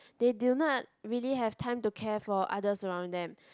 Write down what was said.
they do not really have time to care for others around them